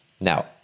Now